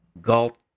Galt